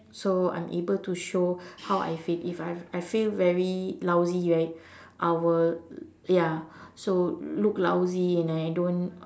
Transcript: so I'm able to show how I feel if I I feel very lousy right I will ya so look lousy and I don't